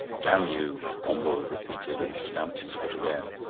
damn you! gombauld repeated, and stamped his foot again.